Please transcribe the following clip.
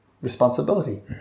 responsibility